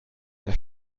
der